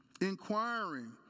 Inquiring